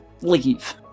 leave